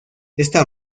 esta